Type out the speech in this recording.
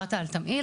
דיברת על תמהיל,